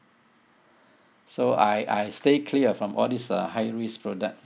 so I I stay clear from all these uh high risk product